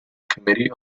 committee